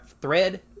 thread